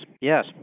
Yes